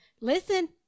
Listen